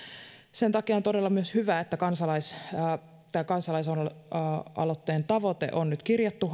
sen takia on todella myös hyvä että tämän kansalaisaloitteen tavoite on nyt kirjattu